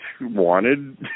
wanted